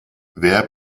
wer